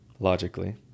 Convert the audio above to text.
Logically